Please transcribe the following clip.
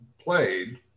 played